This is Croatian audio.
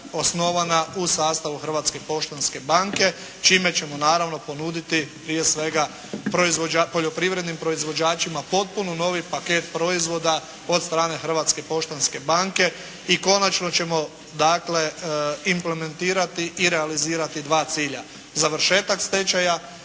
osnovana u sastavu Hrvatske poštanske banke, čime ćemo naravno ponuditi prije svega poljoprivrednim proizvođačima potpuno novi paket proizvoda od strane Hrvatske poštanske banke. I konačno ćemo …/Govornik se ne razumije./… i realizirati dva cilja: završetak stečaja